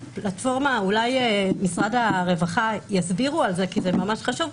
אולי משרד הרווחה יסבירו על זה, כי זה מאוד חשוב.